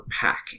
pack